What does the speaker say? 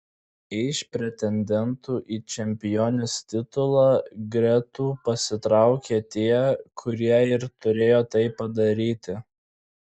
iš pretendentų į čempionės titulą gretų pasitraukė tie kurie ir turėjo tai padaryti